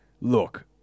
Look